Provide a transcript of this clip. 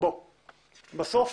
בסוף